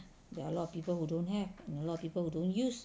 there are a lot of people who don't have and a lot of people who don't use